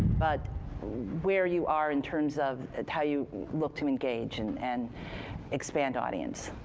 but where you are in terms of how you look to engage and and expand audience.